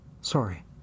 Sorry